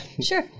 Sure